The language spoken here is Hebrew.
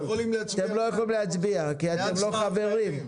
אתם לא יכולים להצביע כי אתם לא חברים,